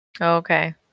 Okay